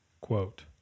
Quote